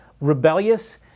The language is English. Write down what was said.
rebellious